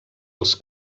els